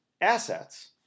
assets